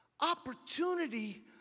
opportunity